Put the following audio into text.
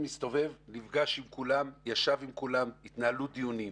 נפגש עם כולם, ישב עם כולם, התנהלו דיונים.